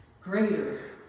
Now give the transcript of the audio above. greater